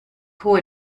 hohe